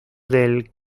del